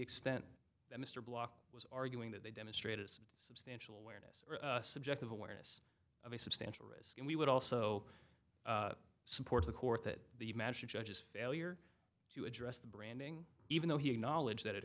extent that mr block was arguing that they demonstrated substantial awareness subjective awareness of a substantial risk and we would also support the court that the magic judges failure to address the branding even though he acknowledged that it